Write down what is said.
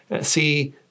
see